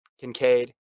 Kincaid